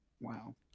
Wow